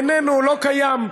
איננו, לא קיים.